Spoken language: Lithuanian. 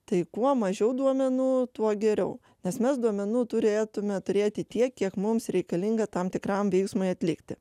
tai kuo mažiau duomenų tuo geriau nes mes duomenų turėtume turėti tiek kiek mums reikalinga tam tikram veiksmui atlikti